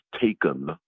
taken